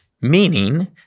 Meaning